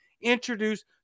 Introduce